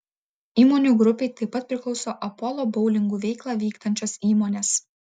įmonių grupei taip pat priklauso apolo boulingų veiklą vykdančios įmonės